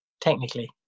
Technically